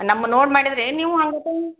ನಮ್ಮ ನೋಡಿ ಮಾಡಿದ್ರೇನು ನೀವು